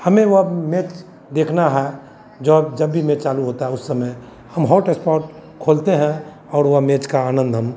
हमें वह मैच देखना है जो अब जब भी मैच चालू होता है उस समय हम हॉट स्पॉट खोलते हैं और वह मैच का आनंद हम